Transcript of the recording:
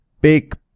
big